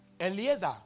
Eliezer